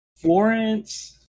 Florence